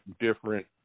different